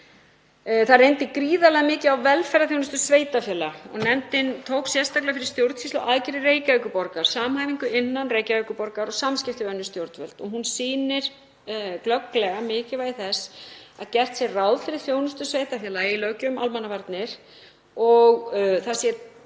Það reyndi gríðarlega mikið á velferðarþjónustu sveitarfélaga og nefndin tók sérstaklega fyrir stjórnsýsluaðgerðir Reykjavíkurborgar, samhæfingu innan Reykjavíkurborgar og samskipti við önnur stjórnvöld. Hún sýnir glögglega mikilvægi þess að gert sé ráð fyrir þjónustu sveitarfélaga í löggjöf um almannavarnir og hún sé hluti